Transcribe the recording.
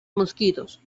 mosquitos